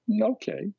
okay